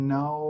no